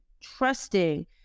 trusting